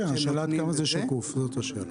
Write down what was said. כן, השאלה עד כמה זה שקוף, זאת השאלה.